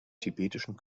tibetischen